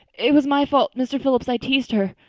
it was my fault mr. phillips. i teased her.